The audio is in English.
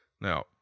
Now